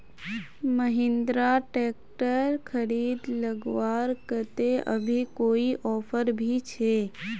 Mahindra tractor खरीद लगवार केते अभी कोई ऑफर भी छे?